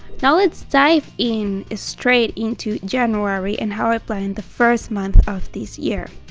now let's dive in straight into january and how i plan in the first month of this year